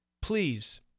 please